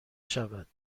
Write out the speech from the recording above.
شود